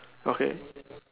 okay